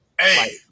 Hey